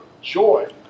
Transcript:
joy